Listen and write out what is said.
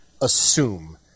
assume –